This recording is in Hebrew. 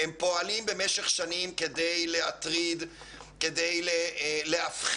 הם פועלים במשך שנים כדי להטריד, כדי להפחיד,